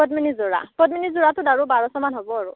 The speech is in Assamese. পদ্মিনি যোৰা পদ্মিনি যোৰাটোত আৰু বাৰশ মান হ'ব আৰু